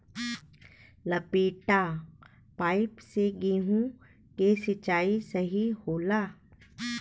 लपेटा पाइप से गेहूँ के सिचाई सही होला?